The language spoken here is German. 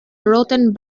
roten